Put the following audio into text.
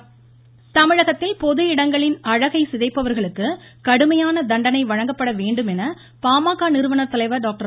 ராமதாஸ் தமிழகத்தில் பொது இடங்களின் அழகை சிதைப்பவர்களுக்கு கடுமையான தண்டனை வழங்கப்பட வேண்டும் என பாமக நிறுவனர் தலைவர் டாக்டர்